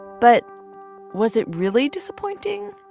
but was it really disappointing?